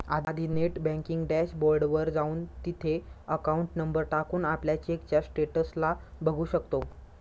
आधी net banking dashboard वर जाऊन, तिथे अकाउंट नंबर टाकून, आपल्या चेकच्या स्टेटस ला बघू शकतो